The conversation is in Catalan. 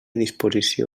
disposició